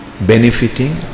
benefiting